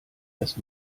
erst